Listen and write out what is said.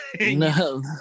no